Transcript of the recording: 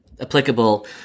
applicable